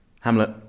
Hamlet